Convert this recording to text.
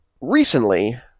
recently